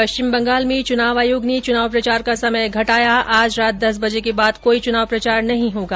पश्चिम बंगाल में चुनाव आयोग ने चुनाव प्रचार का समय घटाया आज रात दस बजे के बाद कोई चुनाव प्रचार नहीं होगा